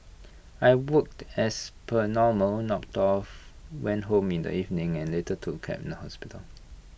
I worked as per normal knocked off went home in the evening and later took A cab to the hospital